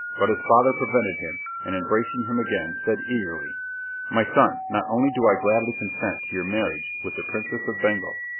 but his father prevented him, and embracing him again, said eagerly my son, not only do i gladly consent to your marriage with the princess of bengal,